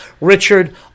Richard